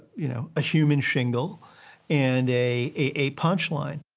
you know, a human shingle and a a punchline.